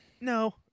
no